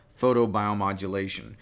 photobiomodulation